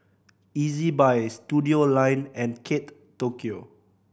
Ezbuy Studioline and Kate Tokyo